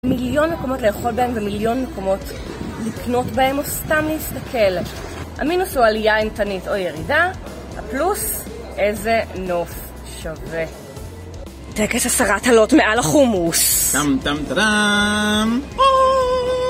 מיליון מקומות לאכול בהם ומיליון מקומות לקנות בהם או סתם להסתכל. המינוס הוא עלייה אימתנית או ירידה. הפלוס - איזה נוף שווה. טקס הסרת הלוט מעל החומוס. טם טם טדם...